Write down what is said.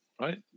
right